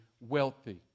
wealthy